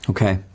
Okay